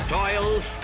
toils